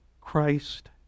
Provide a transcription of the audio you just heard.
Christ